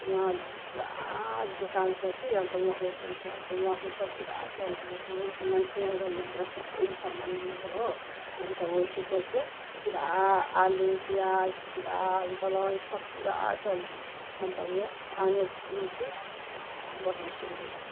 वहाँ पुरा दोकान छ कि अन्त होटल छ वहाँ होटल पुरा चल्छ वहाँको मान्छे आएर यहाँबाट सबै सामान लिन्छ हो अन्त वहीँको चलते पुरा आलु पियाज दाल दलहन सब पुरा चल्छ अन्त उयो कि आय फिर बढन्ती हुनेछ